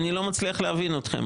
אני לא מצליח להבין אתכם.